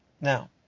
Now